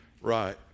right